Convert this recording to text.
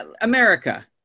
america